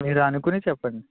మీరు అనుకుని చెప్పండి